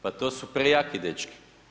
Pa to su prejaki dečki.